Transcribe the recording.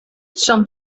some